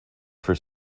for